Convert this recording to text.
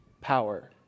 power